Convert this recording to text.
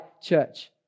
church